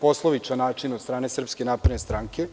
poslovičan način od strane SNS.